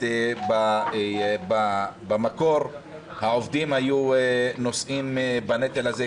במקור העובדים היו נושאים בנטל הזה,